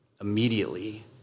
immediately